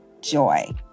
joy